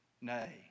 Nay